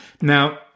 Now